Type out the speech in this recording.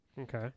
Okay